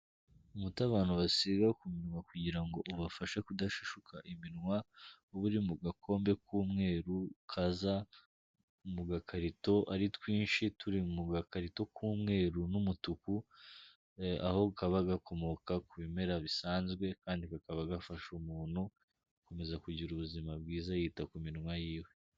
Umuti abantu basiga ku minwa kugira ngo ubafashe kudashishuka iminwa, uri mu gakombe k'umweru kaza mu gakarito ari twinshi turi mu gakarito k'umweru n'umutuku, aho kaba gakomoka ku bimera bisanzwe kandi kakaba gafasha umuntu gukomeza kugira ubuzima bwiza yita ku minwa yiwe.